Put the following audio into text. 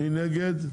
מי נגד?